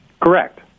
Correct